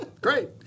Great